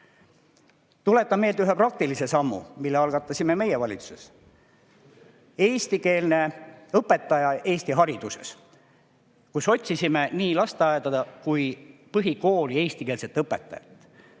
Tuletan meelde ühe praktilise sammu, mille algatasime meie valitsuses – eestikeelne õpetaja Eesti hariduses. Me otsisime nii lasteaeda kui ka põhikooli eestikeelset õpetajat.